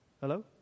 Hello